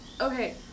Okay